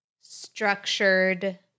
structured